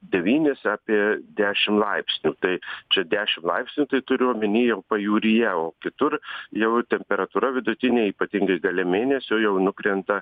devynis apie dešim laipsnių tai čia dešim laipsnių tai turiu omeny jau pajūryje o kitur jau temperatūra vidutinė ypatingai gale mėnesio jau nukrenta